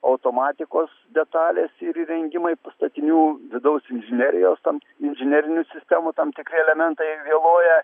automatikos detalės ir įrengimai pastatinių vidaus inžinerijos tam inžinerinių sistemų tam tikri elementai vėloja